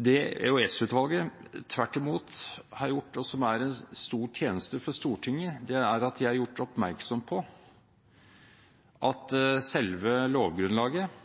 Det EOS-utvalget tvert imot har gjort, og som er en stor tjeneste for Stortinget, er at de har gjort oppmerksom på at selve lovgrunnlaget